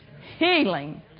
healing